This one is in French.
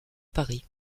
paris